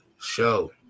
show